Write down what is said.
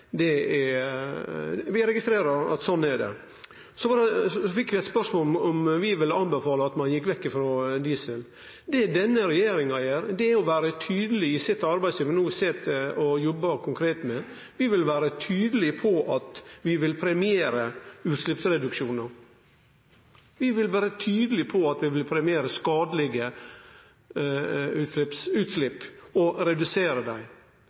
gode, registrerer vi. Så fekk vi eit spørsmål om vi ville anbefale at ein gjekk vekk ifrå diesel. Det denne regjeringa gjer, er å vere tydeleg i arbeidet sitt som ein no sit og jobbar konkret med på at ein vil premiere ustleppsreduksjonar. Vi vil vere tydelege på at vi vil premiere reduksjon av skadelege utslepp. Det er målet vårt. Representanten Jan-Henrik Fredriksen har hatt ordet to ganger og